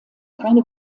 keine